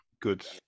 good